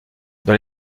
dans